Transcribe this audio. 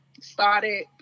started